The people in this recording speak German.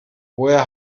woher